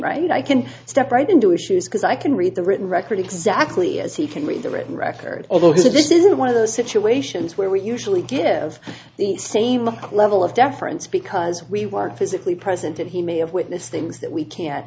write i can step right into issues because i can read the written record exactly as he can read the written record although this is one of the situations where we usually give the same level of deference because we weren't physically present and he may have witnessed things that we can